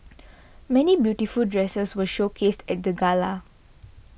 many beautiful dresses were showcased at the gala